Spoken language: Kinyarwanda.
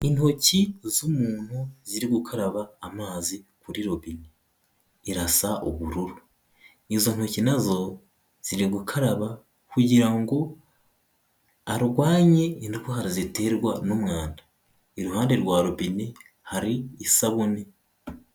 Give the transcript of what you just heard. Intoki z'umuntu ziri gukaraba amazi kuri robine, irasa ubururu, izo ntoki na zo ziri gukaraba kugirango arwanye indwara ziterwa n'umwanda, iruhande rwa robine hari isabune.